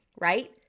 right